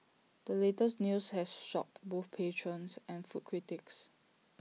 the latest news has shocked both patrons and food critics